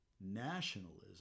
nationalism